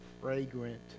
fragrant